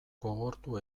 gogortu